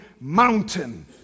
mountain